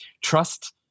Trust